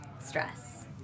stress